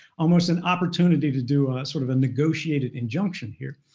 almost an opportunity to do sort of a negotiated injunction here,